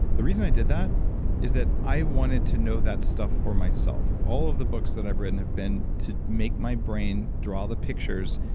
the reason i did that is that i wanted to know that stuff for myself. all of the books that i have written have been to make my brain draw the pictures,